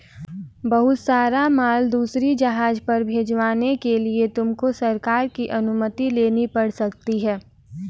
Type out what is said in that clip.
बहुत सारा माल दूसरी जगह पर भिजवाने के लिए तुमको सरकार की अनुमति लेनी पड़ सकती है